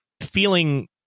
feeling